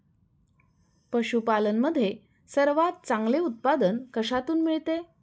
पशूपालन मध्ये सर्वात चांगले उत्पादन कशातून मिळते?